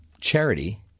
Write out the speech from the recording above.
charity